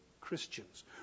Christians